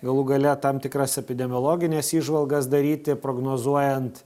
galų gale tam tikras epidemiologines įžvalgas daryti prognozuojant